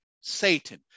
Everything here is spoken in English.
Satan